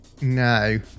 No